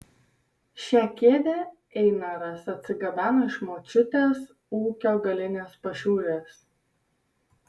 šią kėdę einaras atsigabeno iš močiutės ūkio galinės pašiūrės